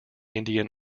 indian